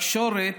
בתקשורת